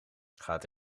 gaat